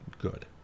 good